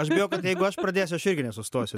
aš bijau kad jeigu aš pradėsiu aš irgi nesustosiu